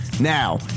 Now